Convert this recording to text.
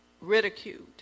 ridiculed